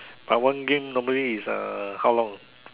but one game normally is uh how long